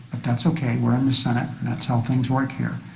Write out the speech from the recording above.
but that's okay. we're in the senate and that's how things work here.